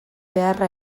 beharra